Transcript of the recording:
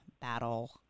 battle